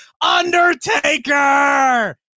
Undertaker